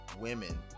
women